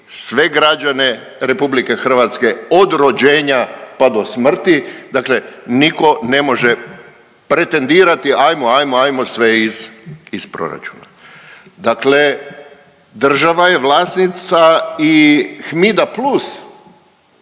sve građane RH od rođenja pa do smrti, dakle nitko ne može pretendirati, ajmo, ajmo, ajmo sve iz proračuna. Dakle država je vlasnica i HMID-a